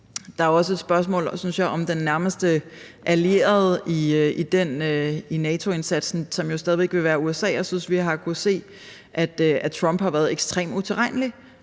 Der er også et spørgsmål, synes jeg, om den nærmeste allierede i NATO-indsatsen, som jo stadig væk vil være USA. Jeg synes, vi har kunnet se, at Trump har været ekstremt utilregnelig